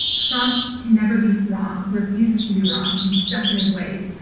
trump can never be wrong. he refuses to be wrong. he's stuck in his ways.